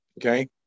okay